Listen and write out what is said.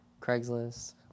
Craigslist